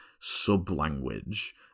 sub-language